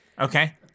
Okay